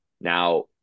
Now